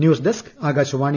news desk Akashvani